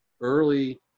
early